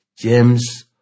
James